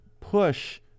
push